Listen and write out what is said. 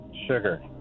Sugar